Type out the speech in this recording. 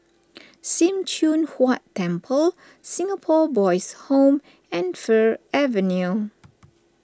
Sim Choon Huat Temple Singapore Boys' Home and Fir Avenue